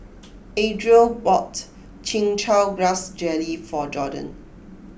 Adriel bought Chin Chow Grass Jelly for Jorden